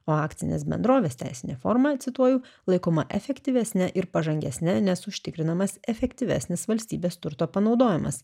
o akcinės bendrovės teisinė forma cituoju laikoma efektyvesne ir pažangesne nes užtikrinamas efektyvesnis valstybės turto panaudojimas